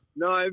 No